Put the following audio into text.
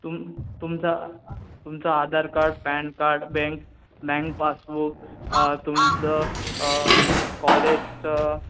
तुम तुमचा तुमचा Aadhaar card PAN card bank bank passbook तुमचं कॉलेजचं